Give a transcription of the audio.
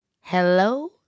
hello